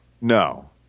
No